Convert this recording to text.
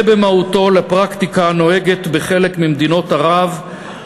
במהותו לפרקטיקה הנוהגת בחלק ממדינות המערב,